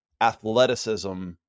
athleticism